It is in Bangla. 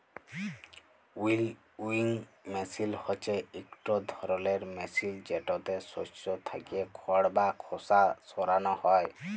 উইলউইং মেসিল হছে ইকট ধরলের মেসিল যেটতে শস্য থ্যাকে খড় বা খোসা সরানো হ্যয়